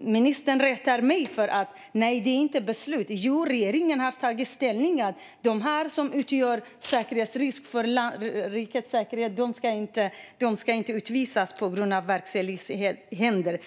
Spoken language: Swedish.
Ministern rättar mig och säger att detta inte är beslut. Jo, regeringen har tagit ställning. Dessa personer, som utgör en risk för rikets säkerhet, ska inte utvisas på grund av verkställighetshinder.